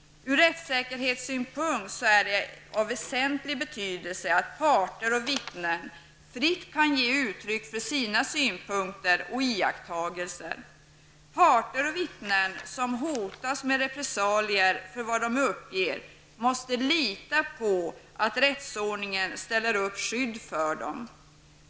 Ur rättssäkerhetssynpunkt är det av väsentlig betydelse att parter och vittnen fritt kan ge uttryck för sina synpunkter och iakttagelser. Parter och vittnen som hotas med repressalier för vad de uppger, måste kunna lita på att rättsordningen ställer upp skydd för dem.